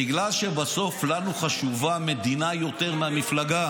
בגלל שבסוף לנו חשובה המדינה יותר מהמפלגה